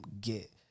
get